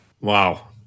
Wow